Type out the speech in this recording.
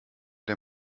der